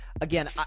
again